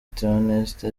theoneste